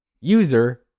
user